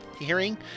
hearing